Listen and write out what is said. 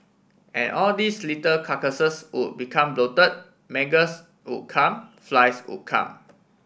and all these little carcasses would become bloated maggots would come flies would come